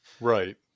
right